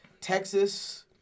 Texas